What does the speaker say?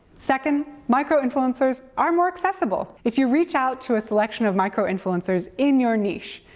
second, micro-influencers are more accessible. if you reach out to a selection of micro-influencers in your niche,